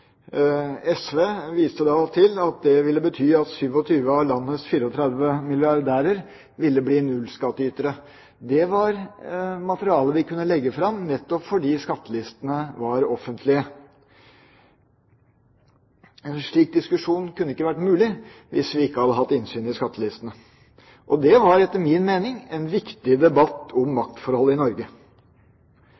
viste da til at det ville bety at 27 av landets 34 milliardærer ville bli nullskattytere. Det var materiale de kunne legge fram, nettopp fordi skattelistene var offentlige. En slik diskusjon kunne ikke vært mulig hvis vi ikke hadde hatt innsyn i skattelistene. Det var etter min mening en viktig debatt om